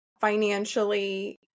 financially